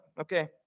okay